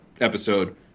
episode –